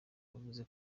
yavuze